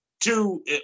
two